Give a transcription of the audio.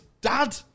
dad